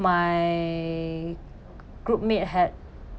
my group mate had